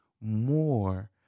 more